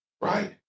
Right